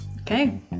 okay